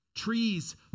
Trees